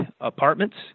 apartments